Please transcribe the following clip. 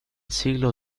siglo